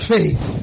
Faith